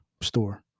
store